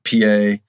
PA